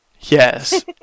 Yes